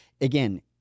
again